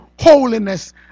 holiness